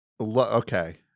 okay